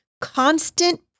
constant